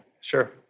sure